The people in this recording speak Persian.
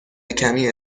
کمی